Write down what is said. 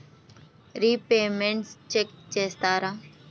Repayments check చేస్తారా?